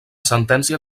sentència